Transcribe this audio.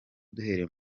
duhereye